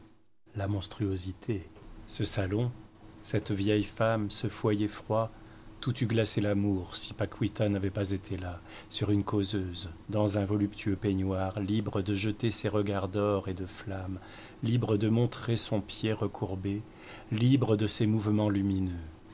la monstruosité ce salon cette vieille femme ce foyer froid tout eût glacé l'amour si paquita n'avait pas été là sur une causeuse dans un voluptueux peignoir libre de jeter ses regards d'or et de flamme libre de montrer son pied recourbé libre de ses mouvements lumineux